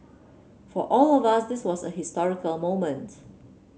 for all of us this was a historical moment